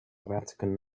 vatican